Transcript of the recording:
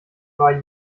war